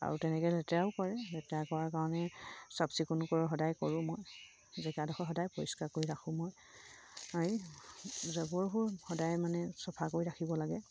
আৰু তেনেকৈ লেতেৰাও কৰে লেতেৰা কৰাৰ কাৰণে চাফ চিকুণ কৰোঁ সদায় কৰোঁ মই জেগাডোখৰ সদায় পৰিষ্কাৰ কৰি ৰাখোঁ মই জাবৰবোৰ সদায় মানে চফা কৰি ৰাখিব লাগে